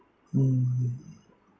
mm